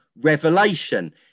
revelation